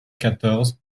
quatorze